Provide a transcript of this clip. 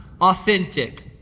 authentic